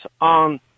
on